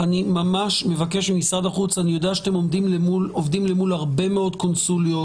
אני שואל מאיפה עד הרגע הזה העמדה של משרד המשפטים ומשרד הבריאות,